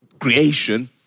creation